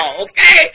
okay